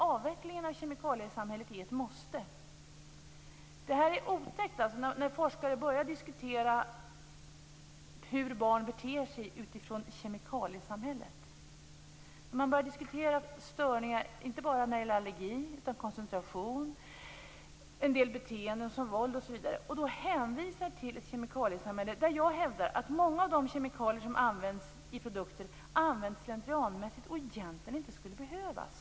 Avvecklingen av kemikaliesamhället är ett måste. Det är otäckt när forskare utgår från kemikaliesamhället och börjar diskutera hur barn beter sig. Man diskuterar inte bara allergiska störningar, utan koncentration och en del beteenden, som våld osv. Jag hävdar att många av de kemikalier som finns i produkter används slentrianmässigt och egentligen inte skulle behövas.